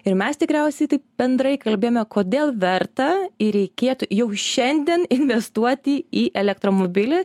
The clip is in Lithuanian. ir mes tikriausiai taip bendrai kalbėjome kodėl verta ir reikėtų jau šiandien investuoti į elektromobilį